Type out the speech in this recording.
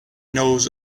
knows